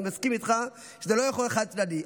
אני מסכים איתך שזה לא יכול להיות חד-צדדי.